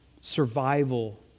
survival